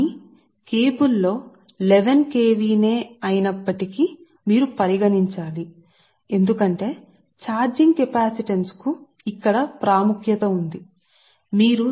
కానీ కేబుల్ కోసం మీరు పరిగణించాలి ఇది 11 KV కూడా మీరు పరిగణించాలి కెపాసిటెన్స్ ఛార్జింగ్ చాలా ఉంది ఎందుకంటే ఇది ఒక ముఖ్యమైన విలువ ను కలిగి ఉంది